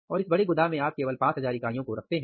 और इस बड़े गोदाम में आप केवल 5000 इकाइयों को रखते हैं